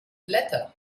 blätter